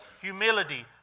humility